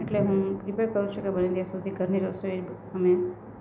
એટલે હું પ્રિપેર કરું છું કે બને ત્યાં સુધી ઘરની રસોઈ અમે